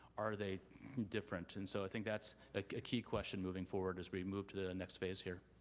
are they different, and so i think that's a key question moving forward as we move to the next phase here.